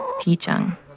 Pichang